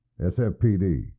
SFPD